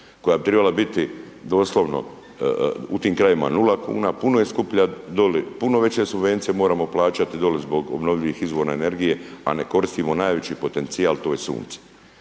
koja bi tribala biti doslovno u tim krajevima 0,00 kn, puno je skuplja doli, puno veće subvencije moramo plaćati doli zbog obnovljivih izvora energije, a ne koristimo najveći potencijal, to je sunce.